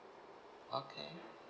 okay